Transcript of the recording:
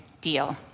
deal